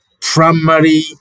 primary